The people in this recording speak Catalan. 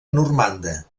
normanda